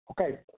Okay